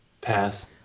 Pass